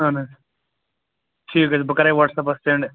اَہَن حظ ٹھیٖک حظ بہٕ کَرَے واٹٕسَ ایپَس سیٚنٛڈ